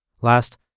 Last